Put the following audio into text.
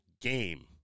game